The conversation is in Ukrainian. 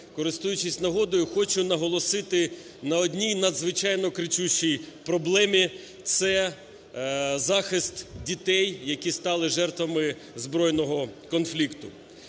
користуючись нагодою, хочу наголосити на одній надзвичайно кричущій проблемі – це захист дітей, які стали жертвами збройного конфлікту,